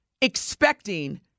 expecting